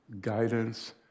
guidance